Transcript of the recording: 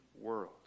world